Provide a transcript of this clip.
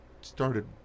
started